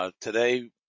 Today